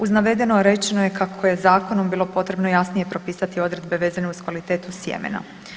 Uz navedeno rečeno je kako je zakonom bilo potrebno jasnije propisati odredbe vezane uz kvalitetu sjemena.